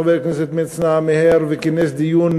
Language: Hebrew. חבר הכנסת מצנע מיהר וכינס דיון